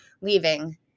leaving